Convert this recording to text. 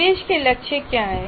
निर्देश के लक्ष्य क्या हैं